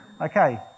Okay